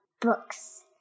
books